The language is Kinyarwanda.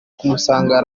kumusanga